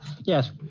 Yes